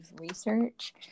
research